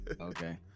Okay